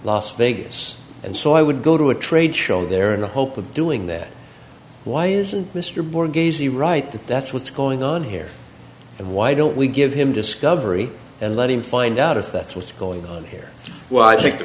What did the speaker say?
las vegas and so i would go to a trade show there in the hope of doing that why isn't mr moore gazey right that that's what's going on here and why don't we give him discovery and let him find out if that's what's going on here well i think the